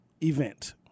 event